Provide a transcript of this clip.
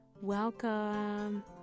welcome